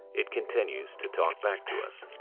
it continues to talk back to us.